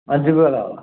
அஞ்சு பேரா